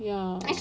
ya